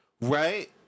Right